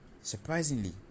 Surprisingly